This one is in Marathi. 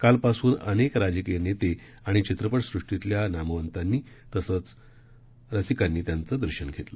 काल पासून अनेक राजकीय नेते आणि चित्रपटसृष्टीतल्या नामवंतानी तसंच रसिकांनी त्यांचं दर्शन घेतलं